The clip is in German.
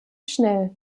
schnell